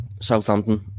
Southampton